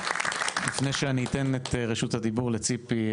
לפני שאני אתן את רשות הדיבור לציפי